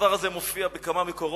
הדבר הזה מופיע בכמה מקורות,